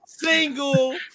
Single